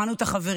שמענו את החברים.